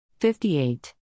58